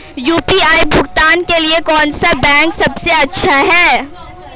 UPI भुगतान के लिए कौन सा बैंक सबसे अच्छा है?